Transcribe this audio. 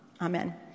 Amen